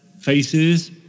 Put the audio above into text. faces